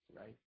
right